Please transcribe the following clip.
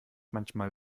manchmal